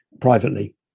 privately